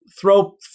throw